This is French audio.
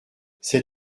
c’est